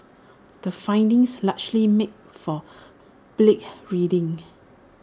the findings largely make for bleak reading